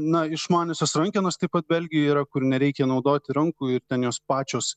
na išmaniosios rankenos taip pat belgijoj yra kur nereikia naudoti rankų ir ten jos pačios